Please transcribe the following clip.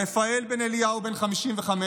רפאל בן אליהו, בן 55,